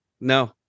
No